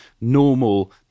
normal